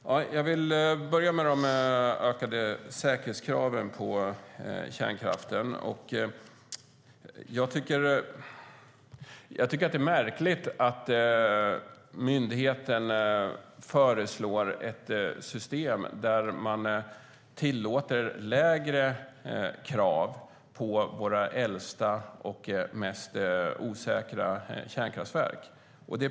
Herr talman! Jag vill börja med de ökade säkerhetskraven på kärnkraften. Jag tycker att det är märkligt att myndigheten föreslår ett system där man tillåter lägre krav på våra äldsta och osäkraste kärnkraftverk.